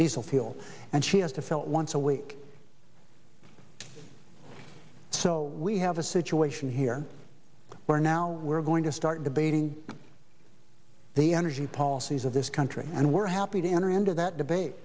diesel fuel and she has to fill it once a week so we have a situation here where now we're going to start debating the energy policies of this country and we're happy to enter into that debate